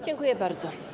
Dziękuję bardzo.